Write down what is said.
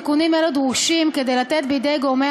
תיקונים אלה דרושים כדי לתת בידי גורמי